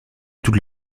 toute